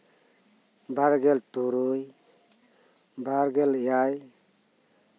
ᱵᱟᱨᱜᱮᱞ ᱛᱩᱨᱩᱭ ᱵᱟᱨᱜᱮᱞ ᱮᱭᱟᱭ